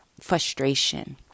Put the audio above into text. frustration